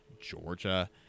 Georgia